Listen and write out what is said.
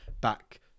back